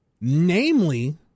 Namely